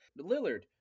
Lillard